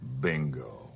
Bingo